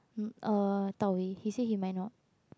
mm uh Dao-Wei he said he might not